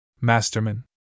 Masterman